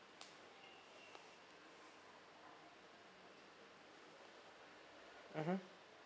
mmhmm